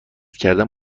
کردن